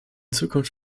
zukunft